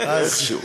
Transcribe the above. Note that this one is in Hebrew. איכשהו.